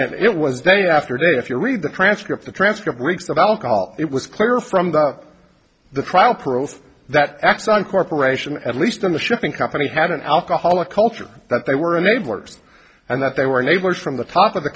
that it was day after day if you read the transcript the transcript weeks of alcohol it was clear from the trial pros that exxon corporation at least on the shipping company had an alcoholic culture that they were enablers and that they were neighbors from the top of the